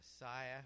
Messiah